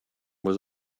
was